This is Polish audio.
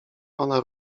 ona